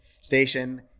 station